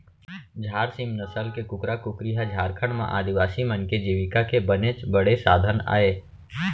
झार सीम नसल के कुकरा कुकरी ह झारखंड म आदिवासी मन के जीविका के बनेच बड़े साधन अय